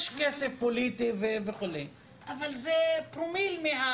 יש כסף פוליטי אבל זה פרומיל.